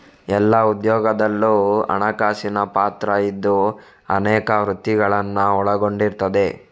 ಎಲ್ಲಾ ಉದ್ಯೋಗದಲ್ಲೂ ಹಣಕಾಸಿನ ಪಾತ್ರ ಇದ್ದು ಅನೇಕ ವೃತ್ತಿಗಳನ್ನ ಒಳಗೊಂಡಿರ್ತದೆ